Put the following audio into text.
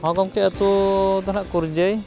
ᱦᱮᱸ ᱜᱚᱢᱠᱮ ᱟᱹᱛᱩ ᱫᱚ ᱦᱟᱸᱜ ᱠᱩᱨᱡᱟᱹᱭ